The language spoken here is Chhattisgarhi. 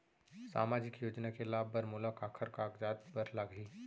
सामाजिक योजना के लाभ बर मोला काखर कागजात बर लागही?